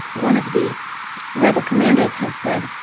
one of the rebel commanders has said,